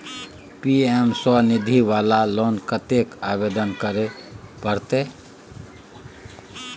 PM Svanidhi वाला loan कत्ते से आवेदन करे परतै?